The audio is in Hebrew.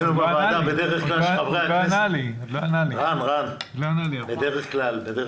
זה שונה מהמפעל, בו